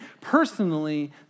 Personally